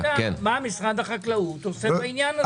מינהל המחקר החקלאי מבצע לפעמים מחקרים משותפים,